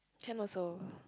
can also